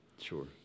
Sure